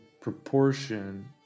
proportion